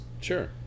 Sure